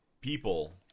people –